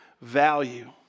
value